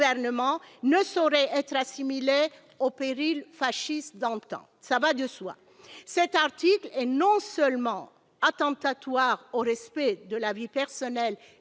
ne sauraient être assimilées au péril fasciste d'antan. Cela va de soi. Cet article est non seulement attentatoire au respect de la vie personnelle